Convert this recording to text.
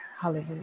hallelujah